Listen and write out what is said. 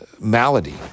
malady